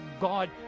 God